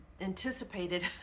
anticipated